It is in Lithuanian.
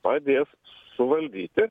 padės suvaldyti